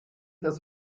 das